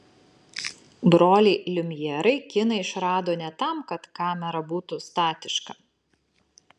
broliai liumjerai kiną išrado ne tam kad kamera būtų statiška